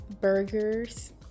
burgers